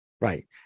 Right